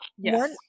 Yes